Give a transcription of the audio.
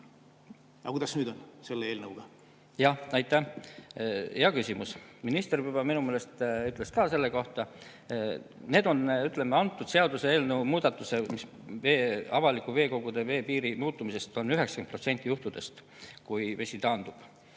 Aga kuidas nüüd on selle eelnõuga?